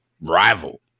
rival